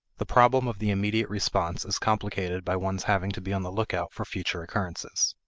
the problem of the immediate response is complicated by one's having to be on the lookout for future occurrences.